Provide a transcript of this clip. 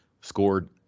scored